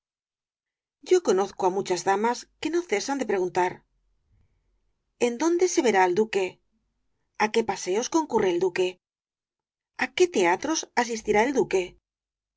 yo conozco á muchas damas que no cesan de preguntar en dónde se verá al duque á qué paseos concurre el duque á qué teatros asistirá el duque